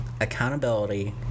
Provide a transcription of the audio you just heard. accountability